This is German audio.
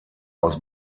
aus